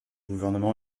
gouvernement